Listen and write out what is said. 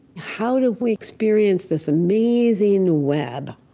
how do we experience this amazing web